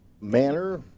manner